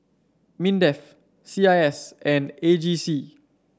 Mindef C I S and A G C